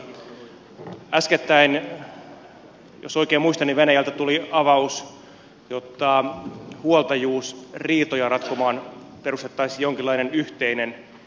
äskettäin jos oikein muistan venäjältä tuli avaus jotta huoltajuusriitoja ratkomaan perustettaisiin jonkinlainen yhteinen elin